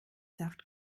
saft